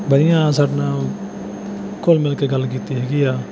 ਵਧੀਆ ਸਾਡੇ ਨਾਲ ਉਹ ਘੁਲ ਮਿਲ ਕੇ ਗੱਲ ਕੀਤੀ ਹੈਗੀ ਆ